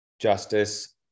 justice